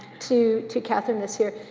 to to katherine this year.